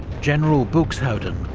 general buxhowden,